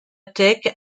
tech